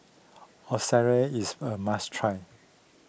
is a must try